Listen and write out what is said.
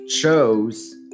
chose